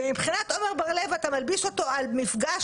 ומבחינת עמר בר לב אתה מלביש אותו על מפגש